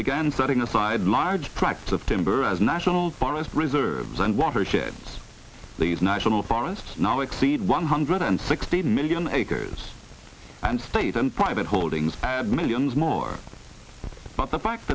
began setting aside large practice of timber as national forest reserves and watersheds these national forests now exceed one hundred and sixty million acres and state and private holdings millions more but the fact